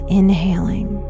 inhaling